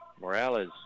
Morales